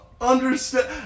Understand